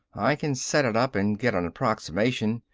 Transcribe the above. i can set it up and get an approximation.